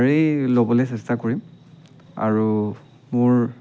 ৰেই ল'বলে চেষ্টা কৰিম আৰু মোৰ